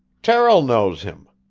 terrill knows him.